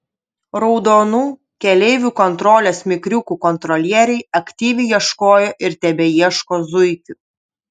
raudonų keleivių kontrolės mikriukų kontrolieriai aktyviai ieškojo ir tebeieško zuikių